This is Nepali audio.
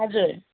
हजुर